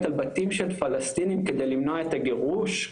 על בתים של פלסטינים כדי למנוע את הגירוש,